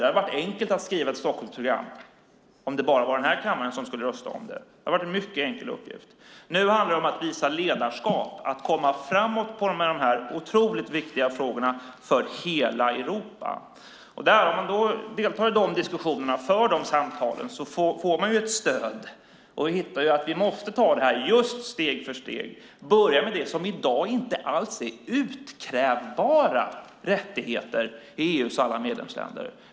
Det hade varit enkelt att skriva ett Stockholmsprogram om det bara hade varit den här kammaren som skulle rösta om det. Nu handlar det om att visa ledarskap och att komma framåt med dessa för hela Europa otroligt viktiga frågor. När man deltar i dessa diskussioner och för dessa samtal får man ett stöd för att gå fram steg för steg. Man måste börja med det som i dag inte alls är utkrävbara rättigheter i EU:s alla medlemsländer.